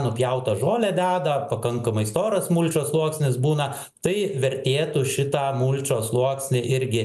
nupjautą žolę deda pakankamai storas mulčo sluoksnis būna tai vertėtų šitą mulčo sluoksnį irgi